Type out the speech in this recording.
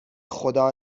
خدا